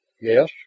Yes